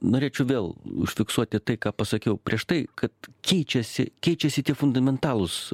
norėčiau vėl užfiksuoti tai ką pasakiau prieš tai kad keičiasi keičiasi tie fundamentalūs